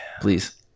Please